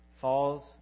falls